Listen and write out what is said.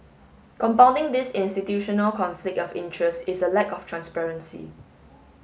compounding this institutional conflict of interest is a lack of transparency